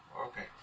okay